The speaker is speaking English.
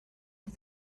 off